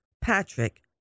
Patrick